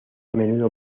menudo